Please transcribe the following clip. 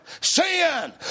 Sin